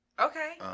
Okay